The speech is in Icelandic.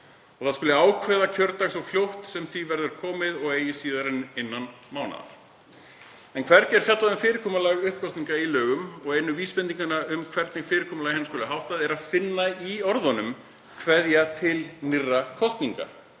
og ákveða kjördag svo fljótt sem því verður við komið og eigi síðar en innan mánaðar. Hvergi er fjallað um fyrirkomulag uppkosninga í lögum og er einu vísbendinguna um hvernig fyrirkomulagi hennar skuli háttað að finna í orðunum „að kveðja til nýrra kosninga“